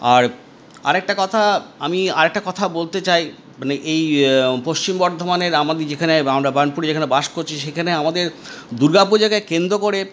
আর আরেকটা কথা আমি আরেকটা কথা বলতে চাই মানে এই পশ্চিম বর্ধমানের আমাদের যেখানে আমরা বার্নপুরে যেখানে বাস করছি যেখানে আমাদের দুর্গা পুজোকে কেন্দ্র করে